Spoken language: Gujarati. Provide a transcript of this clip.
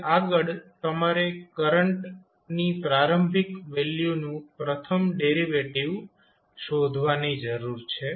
હવે આગળ તમારે કરંટના પ્રારંભિક વેલ્યુનું પ્રથમ ડેરિવેટિવ શોધવાની જરૂર છે